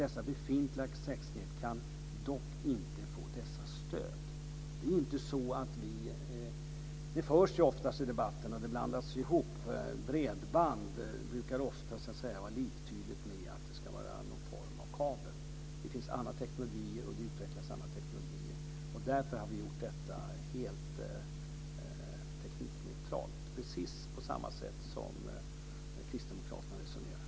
De befintliga accessnäten kan dock inte få dessa stöd. I debatten brukar bredband ofta vara liktydigt med någon form av kabel. Det finns annan teknik och annan teknik utvecklas. Därför har vi gjort stödet helt teknikneutralt. Vi resonerar på samma sätt som kristdemokraterna i det avseendet.